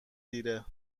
دیره